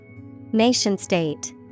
Nation-state